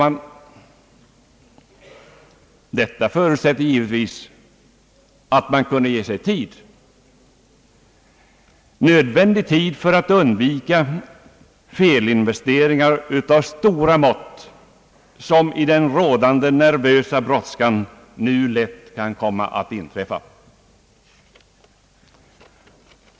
Detta förutsätter givetvis, herr talman, att man kunde ge sig nödvändig tid för att undvika felinvesteringar av stora mått som i den rådande nervösa brådskan nu lätt kan komma att inträffa.